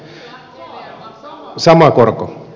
sama korko